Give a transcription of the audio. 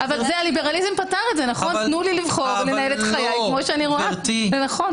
הליברלים פתר את זה תנו לי לבחור לנהל את חיי כפי שאני רואה לנכון.